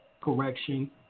correction